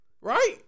right